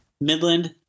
Midland